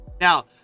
Now